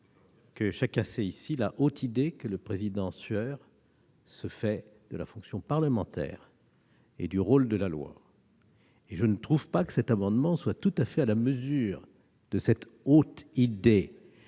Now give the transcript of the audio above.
que chacun sait ici la haute idée que le président Sueur se fait de la fonction parlementaire et du rôle de la loi. Pour autant, je ne trouve pas que cet amendement soit tout à fait à la mesure de cette haute idée,